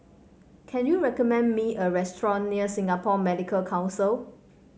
can you recommend me a restaurant near Singapore Medical Council